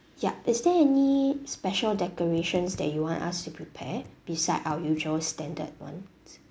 ya is there any special decorations that you want us to prepare beside our usual standard ones